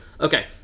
Okay